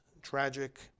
tragic